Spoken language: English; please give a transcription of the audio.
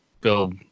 build